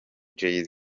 jay